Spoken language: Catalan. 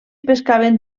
pescaven